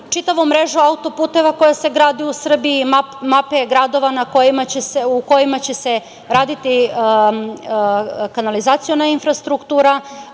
čitavu mrežu auto-puteva koja se gradi u Srbiji, mape gradova u kojima će se raditi kanalizaciona infrastruktura,